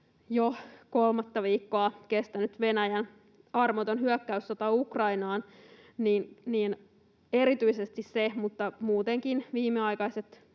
jo kolmatta viikkoa kestänyt Venäjän armoton hyökkäyssota Ukrainaan ja muutenkin viimeaikaiset